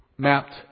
mapped